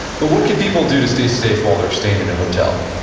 but what could people do to stay safe while they're staying in a hotel?